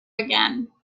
again